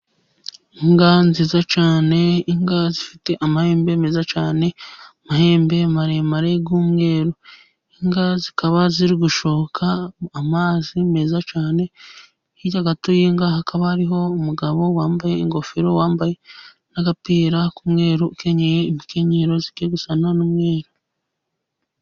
Inka nziza cyane, inka zifite amahembe meza cyane, amahembe maremare y'umweru, inka zikaba ziri gushoka amazi meza cyane, hirya gato y'inka hakaba hariho umugabo wambaye ingofero, wambaye n'agapira k'umweru, ukenyeye inkenyero zigiye gusa n'umweru.